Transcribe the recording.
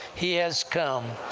he has come!